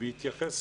ויתייחס